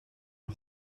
off